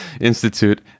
Institute